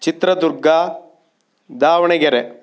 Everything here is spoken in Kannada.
ಚಿತ್ರದುರ್ಗ ದಾವಣಗೆರೆ